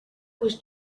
was